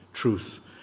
Truth